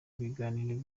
ibiganiro